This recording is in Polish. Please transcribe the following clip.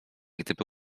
gdyby